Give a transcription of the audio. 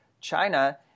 China